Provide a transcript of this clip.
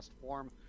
form